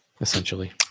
Essentially